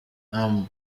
amb